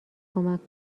کمک